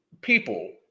People